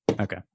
Okay